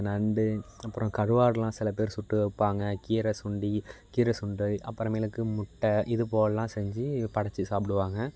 நண்டு அப்புறம் கருவாடுலாம் சில பேர் சுட்டு வைப்பாங்க கீரை சுண்டி கீரை சுண்டல் அப்புறமேலுக்கு முட்டை இது போலேலாம் செஞ்சு படைத்து சாப்பிடுவாங்க